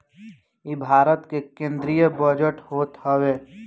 इ भारत के केंद्रीय बजट होत हवे